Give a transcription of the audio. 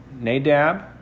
Nadab